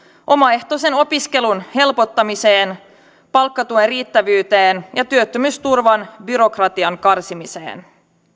omaehtoisen opiskelun helpottamiseen palkkatuen riittävyyteen ja työttömyysturvan byrokratian karsimiseen